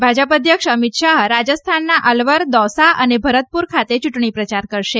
ભાજપના અધ્યક્ષ અમિત શાહ રાજસ્થાનના અલવર તથા દૌસા અને ભરતપૂર ખાતે ચ્રંટણી પ્રચાર કરશે